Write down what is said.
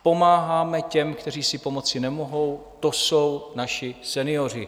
Pomáháme těm, kteří si pomoci nemohou, to jsou naši senioři.